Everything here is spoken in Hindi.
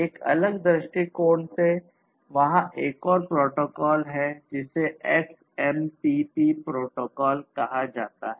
एक अलग दृष्टिकोण से वहाँ एक और प्रोटोकॉल है जिसे XMPP प्रोटोकॉल कहा जाता है